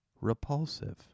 repulsive